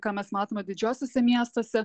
ką mes matome didžiuosiuose miestuose